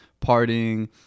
partying